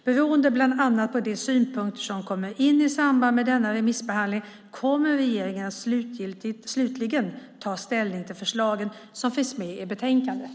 Beroende bland annat på de synpunkter som kommer in i samband med denna remissbehandling kommer regeringen att slutligen ta ställning till förslagen som finns med i betänkandet.